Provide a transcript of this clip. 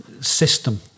system